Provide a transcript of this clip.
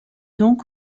donc